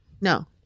No